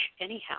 anyhow